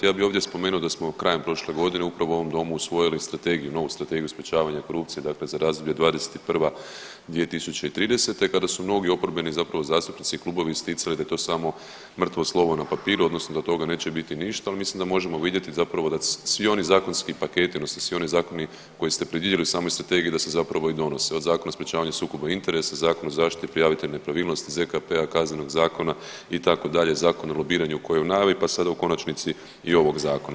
Ja bi ovdje spomenuo da smo krajem prošle godine upravo u ovom domu usvojili strategiju, novu strategiju sprječavanja korupcije, dakle za razdoblje '21. – 2030. kada su mnogi oporbeni zapravo zastupnici i klubovi isticali da je to samo mrtvo slovo na papiru odnosno da od toga neće biti ništa, ali mislim da možemo vidjeti zapravo da svi oni zakonski paketi odnosno svi oni zakoni koje ste predvidjeli u samoj strategiji da se zapravo i donose, od Zakona o sprječavanju sukoba interesa, Zakon o zaštiti prijavitelja nepravilnosti, ZKP-a, Kaznenog zakona itd., Zakon o lobiranju koji je u najavi pa sada u konačnici i ovog zakona.